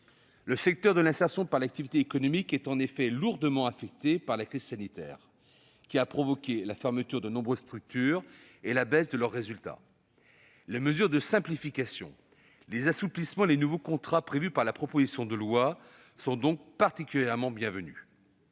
Le secteur de l'insertion par l'activité économique est en effet lourdement affecté par la crise sanitaire qui a provoqué la fermeture de nombreuses structures et la baisse de leurs résultats. Les mesures de simplification, les assouplissements et les nouveaux contrats prévus par la proposition de loi sont donc particulièrement bienvenus.